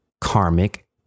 karmic